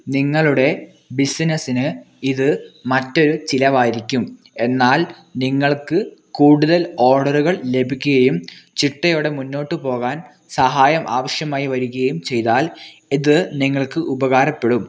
നിങ്ങളുടെ ബിസിനസ്സിന് ഇത് മറ്റൊരു ചിലവായിരിക്കും എന്നാൽ നിങ്ങൾക്ക് കൂടുതൽ ഓഡറുകൾ ലഭിക്കുകയും ചിട്ടയോടെ മുന്നോട്ട് പോകാൻ സഹായം ആവശ്യമായി വരുകയും ചെയ്താൽ ഇത് നിങ്ങൾക്ക് ഉപകാരപ്പെടും